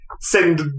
send